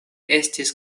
estis